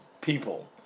people